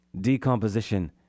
decomposition